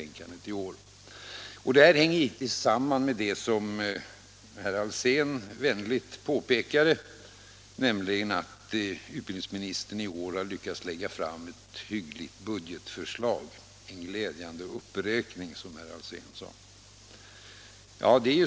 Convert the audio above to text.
Givetvis sammanhänger detta med vad herr Alsén vänligt påpekat, nämligen att utbildningsministern i år har lyckats lägga fram ett hyggligt budgetförslag, en glädjande uppräkning som herr Alsén uttryckte det.